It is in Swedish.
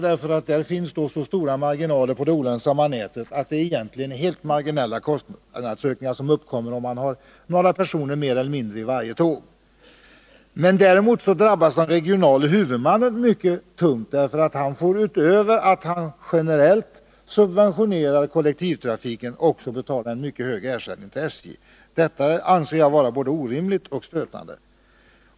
Det finns nämligen så stora marginaler i fråga om utrymme på det olönsamma nätet att de kostnadsökningar som uppkommer om det är några personer mer i varje tåg är marginella. Däremot drabbas den regionale huvudmannen mycket hårt. Utöver generell subventionering av kollektivtrafiken får denne också betala en mycket hög ersättning till SJ. Detta anser jag vara både orimligt och stötande.